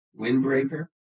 windbreaker